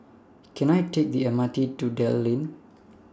Can I Take The M R T to Dell Lane